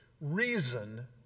reason